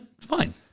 Fine